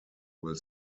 will